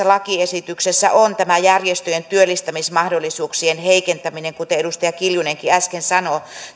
lakiesityksessä on tämä järjestöjen työllistämismahdollisuuksien heikentäminen kuten edustaja kiljunenkin äsken sanoi